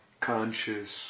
conscious